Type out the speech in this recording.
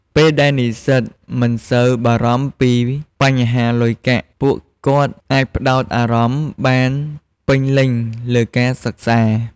ពេលដែលនិស្សិតមិនសូវបារម្ភពីបញ្ហាលុយកាក់ ពួកគាត់អាចផ្តោតអារម្មណ៍បានពេញលេញលើការសិក្សា។